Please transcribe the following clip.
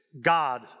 God